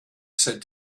said